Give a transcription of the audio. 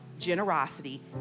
generosity